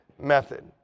method